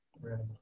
Right